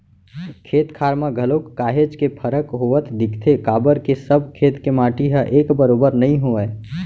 खेत खार म घलोक काहेच के फरक होवत दिखथे काबर के सब खेत के माटी ह एक बरोबर नइ होवय